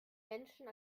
menschen